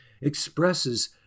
expresses